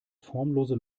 formlose